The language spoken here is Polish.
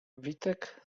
witek